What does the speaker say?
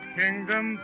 kingdom